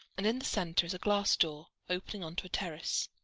and in the centre is a glass door opening onto a terrace.